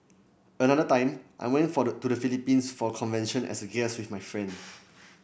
another time I went for to the Philippines for a convention as a guest with my friend